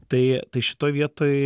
tai tai šitoj vietoj